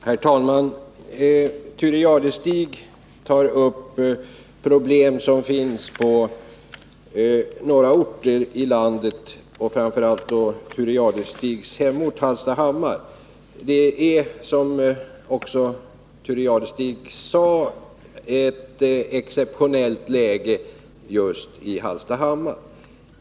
Herr talman! Thure Jadestig tog upp problem som finns på några orter i landet, framför allt hans hemort Hallstahammar. Som Thure Jadestig också sade är det ett exceptionellt läge just i Hallstahammar.